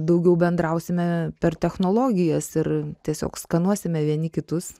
daugiau bendrausime per technologijas ir tiesiog skanuosime vieni kitus